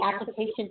application